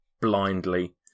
blindly